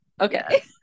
okay